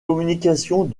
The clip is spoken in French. communications